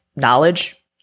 knowledge